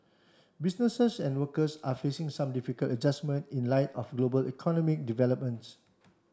businesses and workers are facing some difficult adjustment in light of global economic developments